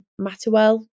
Matterwell